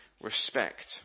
respect